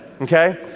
Okay